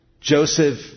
Joseph